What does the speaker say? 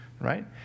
right